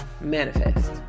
manifest